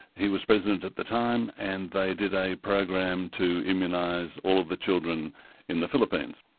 he was present at the time and they did a program to immunise all of the children in the philippines,